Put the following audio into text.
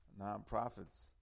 nonprofits